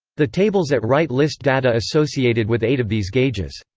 the tables at right list data associated with eight of these gauges.